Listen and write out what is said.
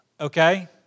okay